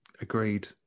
Agreed